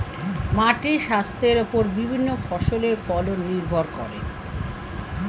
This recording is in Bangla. মাটির স্বাস্থ্যের ওপর বিভিন্ন ফসলের ফলন নির্ভর করে